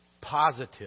positive